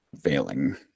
failing